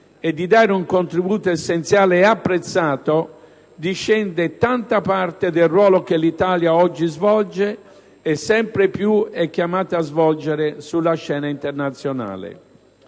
e di dare un contributo essenziale e apprezzato discende tanta parte del ruolo che l'Italia oggi svolge, e sempre più è chiamata a svolgere, sulla scena internazionale.